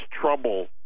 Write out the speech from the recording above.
trouble